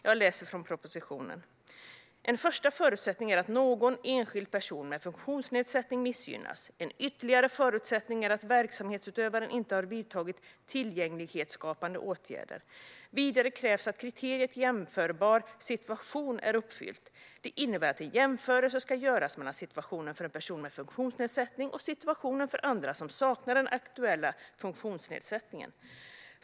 Jag läser från propositionen: "En första förutsättning är att någon enskild person med en funktionsnedsättning missgynnas. En ytterligare förutsättning är att verksamhetsutövaren inte har vidtagit tillgänglighetsskapande åtgärder. Vidare krävs att kriteriet jämförbar situation är uppfyllt. Det innebär att en jämförelse ska göras mellan situationen för en person med en funktionsnedsättning och situationen för andra som saknar den aktuella funktionsnedsättningen.